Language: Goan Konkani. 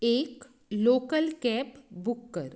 एक लोकल कॅब बूक कर